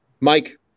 Mike